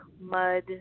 mud